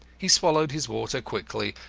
he swallowed his water quickly,